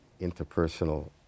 interpersonal